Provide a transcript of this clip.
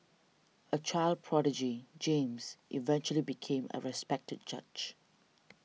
a child prodigy James eventually became a respected judge